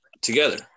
together